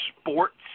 sports